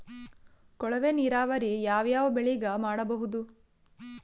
ಕೊಳವೆ ನೀರಾವರಿ ಯಾವ್ ಯಾವ್ ಬೆಳಿಗ ಮಾಡಬಹುದು?